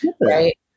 right